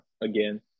again